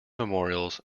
memorials